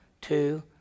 two